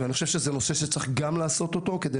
אני חושב שזה נושא שצריך גם לעשות אותו כדי